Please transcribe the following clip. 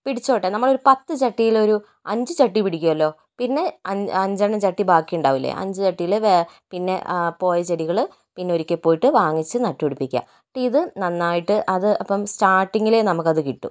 പിടിചോട്ടെ നമ്മൾ ഒരു പത്ത് ചട്ടിയിൽ ഒരു അഞ്ച് ചട്ടി പിടിക്കുമല്ലോ പിന്നെ അഞ്ചെണ്ണം ചട്ടി ബാക്കിയുണ്ടാവില്ലേ ആ അഞ്ച് ചട്ടിയിലെ പിന്നെ ആ പോയ ചെടികൾ പിന്നെ ഒരിക്കൽ പോയിട്ട് വാങ്ങിച്ച് നട്ടുപിടിപ്പിക്കുക എന്നിട്ട് ഇത് നന്നായിട്ട് അത് അപ്പോൾ സ്റ്റാർട്ടിങ്ങിൽ നമുക്കത് കിട്ടും